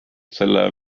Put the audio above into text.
selle